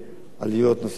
עלויות נוספות.